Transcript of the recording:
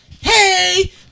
hey